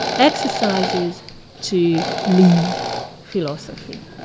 exercises to live philosophy.